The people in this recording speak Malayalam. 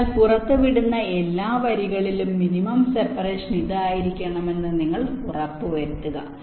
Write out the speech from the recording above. അതിനാൽ പുറത്തുവിടുന്ന എല്ലാ വരികളിലും മിനിമം സെപറേഷൻ ഇതായിരിക്കണമെന്ന് നിങ്ങൾ ഉറപ്പുവരുത്തുക